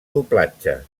doblatge